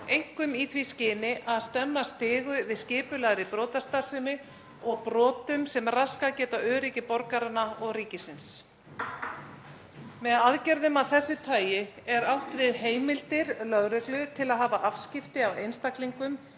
einkum í því skyni að stemma stigu við skipulagðri brotastarfsemi og brotum sem raskað geta öryggi borgaranna og ríkisins. Með aðgerðum af þessu tagi er átt við heimildir lögreglu til að hafa afskipti af einstaklingum,